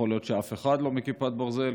יכול להיות שאף אחד לא מכיפת ברזל.